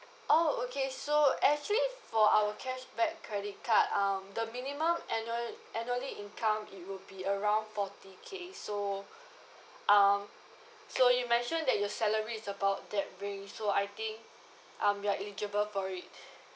oh okay so actually for our cashback credit card um the minimum annual annually income it will be around forty K so um so you mentioned that your salary is about that range so I think um you're eligible for it